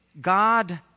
God